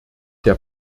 der